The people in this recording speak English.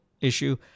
issue